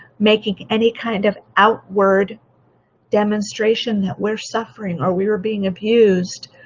making any kind of outward demonstration that we're suffering or we were being abused